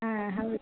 ಹಾಂ ಹೌದು